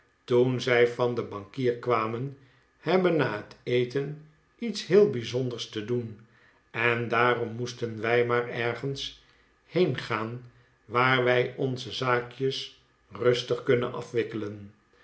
toen zij van den bankier kwamen hebben na net eten lets heel bijzonders te doen en daarom moesten wij maar ergens heen gaan waar wij onze zaakjes rustig kunnen afwikkelen